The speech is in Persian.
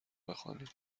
بخوانید